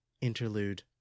interlude